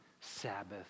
Sabbath